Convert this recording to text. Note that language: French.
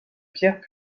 pierre